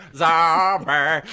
zombie